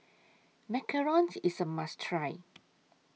Macarons IS A must Try